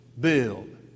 build